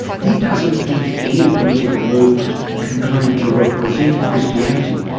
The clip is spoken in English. he doesn't think any political movement can claim to represent christianity.